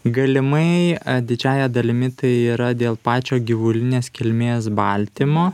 galimai didžiąja dalimi tai yra dėl pačio gyvulinės kilmės baltymo